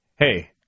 hey